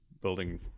Building